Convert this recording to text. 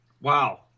Wow